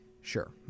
Sure